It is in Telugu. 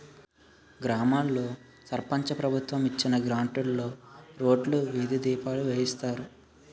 గ్రామాల్లో సర్పంచు ప్రభుత్వం ఇచ్చిన గ్రాంట్లుతో రోడ్లు, వీధి దీపాలు వేయిస్తారు